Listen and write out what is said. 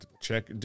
check